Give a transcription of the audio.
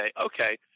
okay –